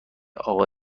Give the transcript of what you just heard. اقا